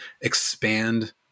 expand